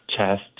chest